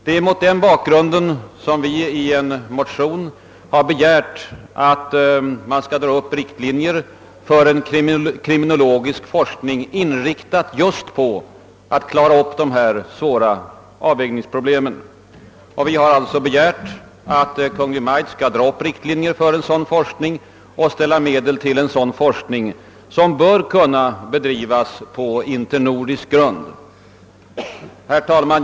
Det är mot den bakgrunden som vi i en motion har begärt, att Kungl. Maj:t skall dra upp riktlinjerna för en kriminologisk forskning, inriktad just på att klara ut dessa svåra avvägningsproblem, och ställa medel till förfogande för en sådan forskning, som bör kunna bedrivas på internordisk grund. Herr talman!